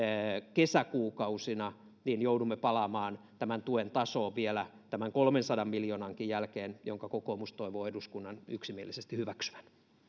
kesäkuukausina joudumme palaamaan tämän tuen tasoon vielä tämän kolmensadan miljoonankin jälkeen jonka kokoomus toivoo eduskunnan yksimielisesti hyväksyvän